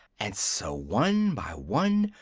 and so, one by one,